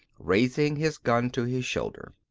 raising his gun to his shoulder.